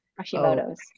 hashimoto's